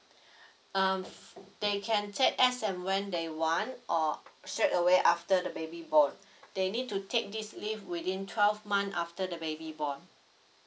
um they can take as and when they want or straight away after the baby born they need to take this leave within twelve months after the baby born